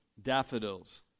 daffodils